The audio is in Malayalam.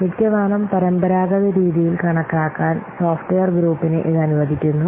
മിക്കവാറും പരമ്പരാഗത രീതിയിൽ കണക്കാക്കാൻ സോഫ്റ്റ്വെയർ ഗ്രൂപ്പിനെ ഇത് അനുവദിക്കുന്നു